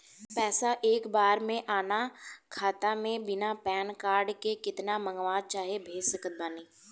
पैसा एक बार मे आना खाता मे बिना पैन कार्ड के केतना मँगवा चाहे भेज सकत बानी?